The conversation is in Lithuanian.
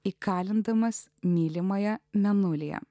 įkalindamas mylimąją mėnulyje